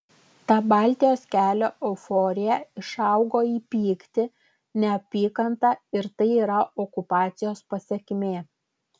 ta baltijos kelio euforija išaugo į pyktį neapykantą ir tai yra okupacijos pasekmė